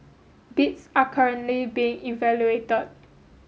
bids are currently being evaluated